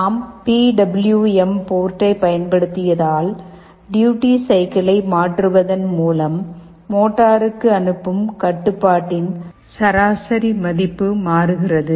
நாம் P W M போர்ட்டைப் பயன்படுத்தியதால் டூயுட்டி சைக்கிளை மாற்றுவதன் மூலம் மோட்டருக்கு அனுப்பும் கட்டுப்பாட்டின் சராசரி மதிப்பு மாறுகிறது